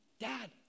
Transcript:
Dad